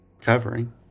...covering